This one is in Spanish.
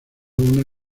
una